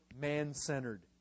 man-centered